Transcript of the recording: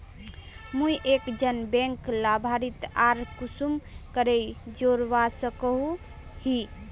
मुई एक जन बैंक लाभारती आर कुंसम करे जोड़वा सकोहो ही?